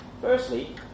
Firstly